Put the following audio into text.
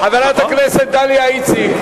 חברת הכנסת דליה איציק.